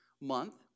month